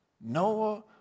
Noah